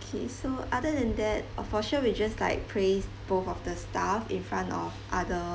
okay so other than that uh for sure we just like praise both of the staff in front of other